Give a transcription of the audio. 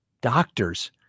doctors